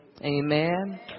Amen